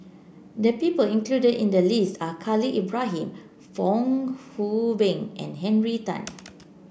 the people included in the list are Khalil Ibrahim Fong Hoe Beng and Henry Tan